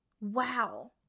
Wow